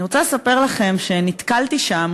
אני רוצה לספר לכם שנתקלתי שם,